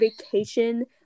vacation